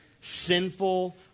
sinful